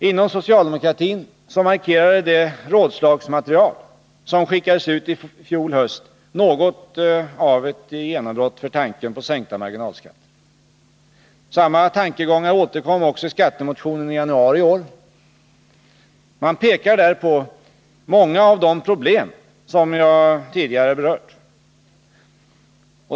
Inom socialdemokratin markerade det rådslagsmaterial som skickades ut i fjol höst något av ett genombrott för tanken på sänkta marginalskatter. Samma tankegångar återkom också i skattemotionen i januari i år. Man pekar där på många av de problem som jag tidigare berört.